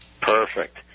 Perfect